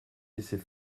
laissait